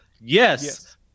yes